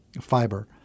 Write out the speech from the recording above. fiber